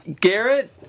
Garrett